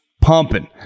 pumping